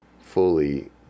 fully